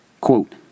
Quote